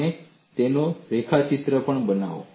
અને તેનો રેખાચિત્ર પણ બનાવો